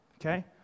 Okay